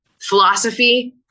philosophy